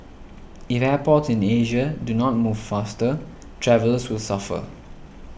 if airports in Asia do not move faster travellers will suffer